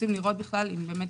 רוצים לראות אם יש